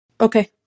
Okay